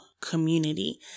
community